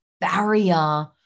barrier